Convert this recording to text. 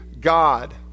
God